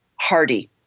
hardy